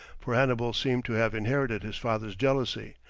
for hannibal seemed to have inherited his father's jealousy,